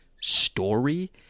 story